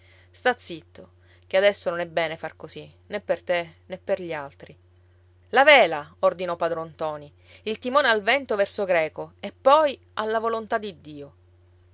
sta zitto che adesso non è bene far così né per te né per gli altri la vela ordinò padron ntoni il timone al vento verso greco e poi alla volontà di dio